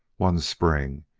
one spring,